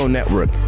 Network